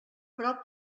prop